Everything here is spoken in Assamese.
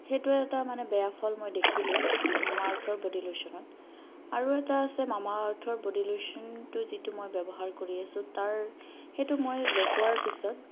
সেইটোৱে এটা মানে বেয়া ফল মই দেখিলো মামা আৰ্থৰ ব'ডী লোচনত আৰু এটা আছে মামা আৰ্থৰ ব'ডী লোচনটো যিটো মই ব্যৱহাৰ কৰি আছোঁ তাৰ সেইটো মই লগোৱাৰ পিছত